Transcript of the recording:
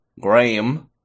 Graham